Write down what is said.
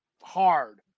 hard